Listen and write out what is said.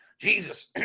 Jesus